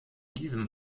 diesem